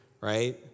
right